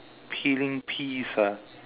peeling peas ah